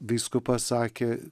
vyskupas sakė